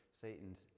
Satan's